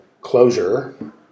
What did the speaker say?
closure